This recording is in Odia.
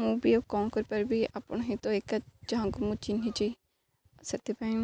ମୁଁ ବି ଆଉ କ'ଣ କରିପାରିବି ଆପଣ ହି ତ ଏକା ଯାହାକୁ ମୁଁ ଚିହ୍ନିଛି ସେଥିପାଇଁ